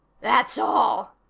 that's all,